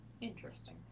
Interesting